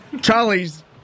Charlie's